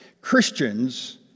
Christians